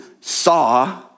saw